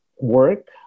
work